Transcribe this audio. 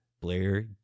Blair